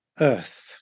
earth